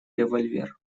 револьвер